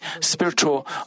spiritual